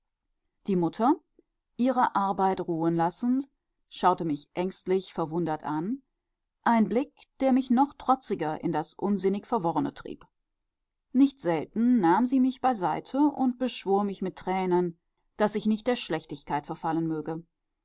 die mutter ihre arbeit ruhen lassend schaute mich ängstlich verwundert an ein blick der mich noch trotziger in das unsinnig verworrene trieb nicht selten nahm sie mich beiseite und beschwor mich mit tränen daß ich nicht der schlechtigkeit verfallen möge